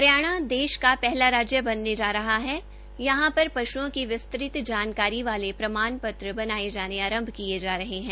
हरियाणा देश का पहला राज्य बनने जा रहा है यहां पर पश्ओं की विस्तृत जानकारी वाले प्रमाण पत्र बनाये जाने आरम्भ किए जा रहे हैं